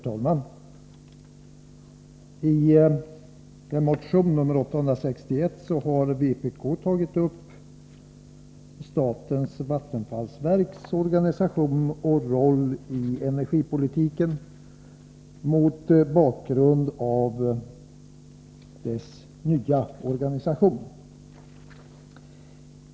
Herr talman! I en motion, nr 861, har vpk tagit upp statens vattenfallsverks organisation och roll i energipolitiken mot bakgrund av dess nya organisation.